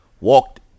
walked